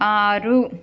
ఆరు